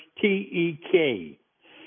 T-E-K